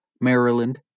Maryland